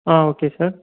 ah okay sir